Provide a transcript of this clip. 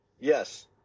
Yes